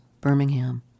Birmingham